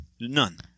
None